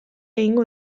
egingo